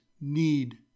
need